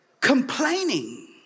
Complaining